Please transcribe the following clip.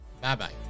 Bye-bye